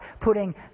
putting